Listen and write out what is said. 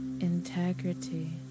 integrity